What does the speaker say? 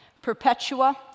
Perpetua